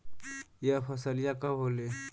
यह फसलिया कब होले?